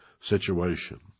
situation